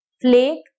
Flake